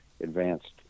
advanced